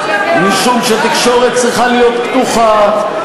משום שתקשורת צריכה להיות פתוחה,